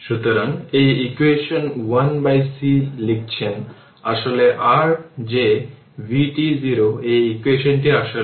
সুতরাংফিলোজফি একই থাকবে যেমন এটি একটি ইন্ডাক্টর তাই আমাদের দেখতে হবে এটি কীভাবে ঘটে